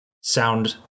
sound